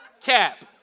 cap